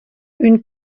une